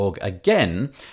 again